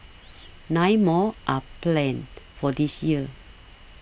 nine more are planned for this year